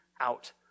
out